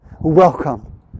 Welcome